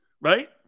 Right